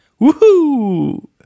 Woohoo